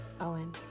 owen